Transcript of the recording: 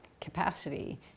capacity